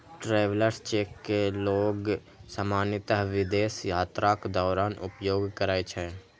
travellers cheque कें लोग सामान्यतः विदेश यात्राक दौरान उपयोग करै छै